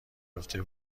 یافته